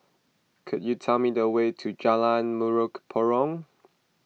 could you tell me the way to Jalan Mempurong